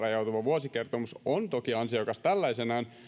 vuosikertomus on toki ansiokas tällaisenaan